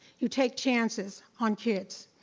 you take chances on kids.